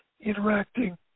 interacting